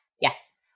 Yes